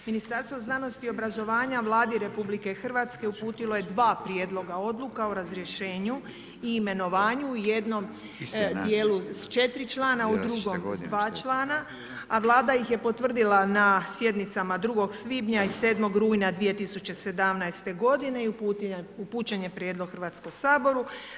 Ministarstvo znanosti i obrazovanja Vladi RH uputilo je dva prijedloga odluka o razrješenju i imenovanju u jednom dijelu četiri člana u drugom dva člana, a Vlada ih je potvrdila na sjednicama 2. svibnja i 7. rujna 2017. godine i upućen je prijedlog Hrvatskom saboru.